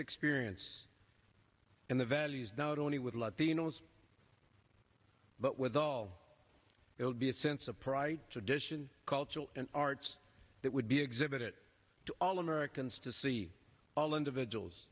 experience and the values not only with latinos but with all that would be a sense of pride tradition cultural and arts that would be exhibit to all americans to see all individuals